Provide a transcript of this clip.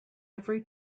every